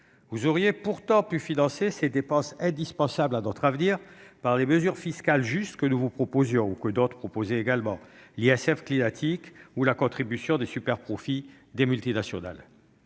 Vous auriez pourtant pu financer ces dépenses indispensables à notre avenir par les mesures fiscales justes que nous vous proposions, et que d'autres proposaient également : un ISF climatique ou une contribution des superprofits des multinationales.